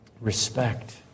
respect